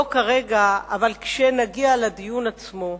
לא כרגע, אבל כשנגיע לדיון עצמו,